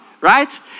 right